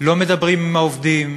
לא מדברים עם העובדים,